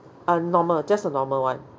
uh normal just a normal one